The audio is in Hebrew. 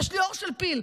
יש לי עור של פיל,